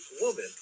woman